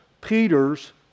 Peter's